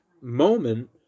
moment